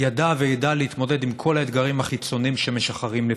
ידע ויֵדע להתמודד עם כל האתגרים החיצוניים שמשחרים לפתחו.